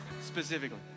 specifically